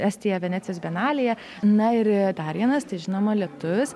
estiją venecijos bienalėje na ir dar vienas tai žinoma lietuvis